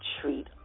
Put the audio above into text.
treat